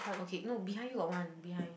okay no behind you got one behind